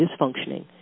dysfunctioning